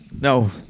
no